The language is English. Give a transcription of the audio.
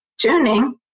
tuning